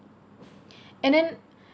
and then